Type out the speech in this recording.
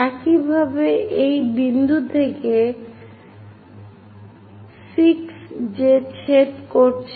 একইভাবে এই বিন্দু থেকে 6 যে ছেদ করছে